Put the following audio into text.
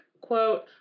quote